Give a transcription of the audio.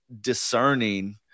discerning